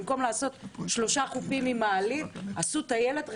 במקום לעשות שלושה חופים עם מעלית עשו טיילת רחבה,